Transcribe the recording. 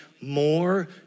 more